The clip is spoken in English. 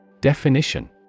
Definition